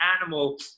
animal